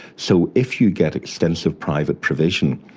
so if you get extensive private provision,